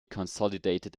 consolidated